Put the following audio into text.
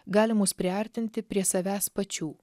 gali mus priartinti prie savęs pačių